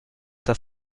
das